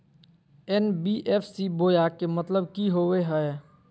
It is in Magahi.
एन.बी.एफ.सी बोया के मतलब कि होवे हय?